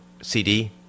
CD